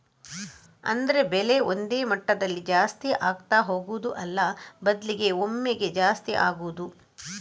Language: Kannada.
ಅಂದ್ರೆ ಬೆಲೆ ಒಂದೇ ಮಟ್ಟದಲ್ಲಿ ಜಾಸ್ತಿ ಆಗ್ತಾ ಹೋಗುದು ಅಲ್ಲ ಬದ್ಲಿಗೆ ಒಮ್ಮೆಗೇ ಜಾಸ್ತಿ ಆಗುದು